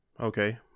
okay